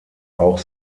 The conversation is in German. auch